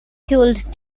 culled